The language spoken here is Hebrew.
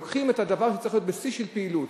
לוקחים את הדבר שצריך להיות שיא של פעילות,